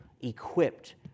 equipped